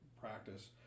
practice